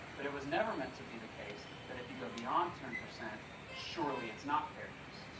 but it was never meant to be the case that if you go beyond ten percent surely it's not fair use.